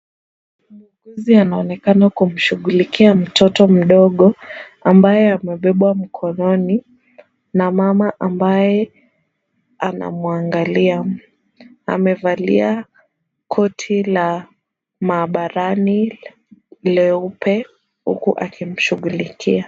Muuguzi anaonekana kumshughulikia mtoto mdogo ambaye amebebwa mkononi na mama ambaye anamwangalia. Amevalia koti la maabarani leupe huku akimshughulikia.